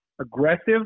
aggressive